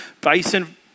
Bison